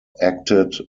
acted